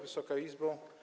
Wysoka Izbo!